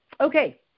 Okay